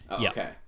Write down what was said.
okay